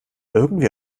irgendwie